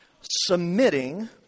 Submitting